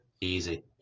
easy